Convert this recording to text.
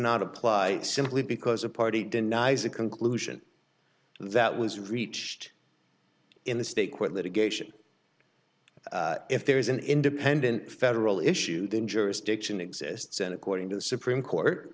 not apply simply because a party denies a conclusion that was reached in the state quit litigation if there is an independent federal issue then jurisdiction exists and according to the supreme court